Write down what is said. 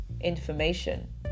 information